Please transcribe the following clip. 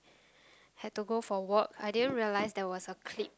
had to go for work I didn't realise there was a clique